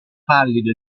pallido